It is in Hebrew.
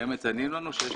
הם מציינים לנו שיש